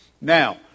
Now